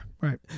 Right